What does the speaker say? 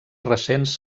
recents